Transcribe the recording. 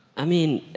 i mean,